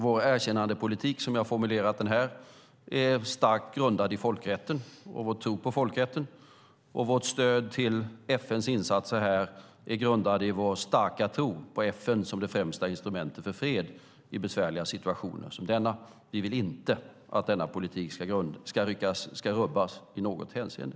Vår erkännandepolitik, som jag har formulerat den här, är starkt grundad i folkrätten och vår tro på folkrätten, och vårt stöd till FN:s insatser här är grundat på vår starka tro på FN som det främsta instrumentet för fred i besvärliga situationer som denna. Vi vill inte att denna politik ska rubbas i något hänseende.